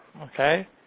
Okay